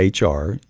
HR